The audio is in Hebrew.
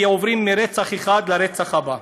כי עוברים מרצח אחד לרצח הבא.